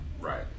Right